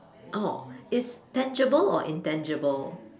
oh is tangible or intangible